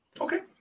Okay